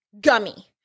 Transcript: gummy